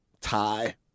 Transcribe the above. Tie